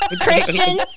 Christian